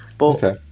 Okay